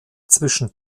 zwischen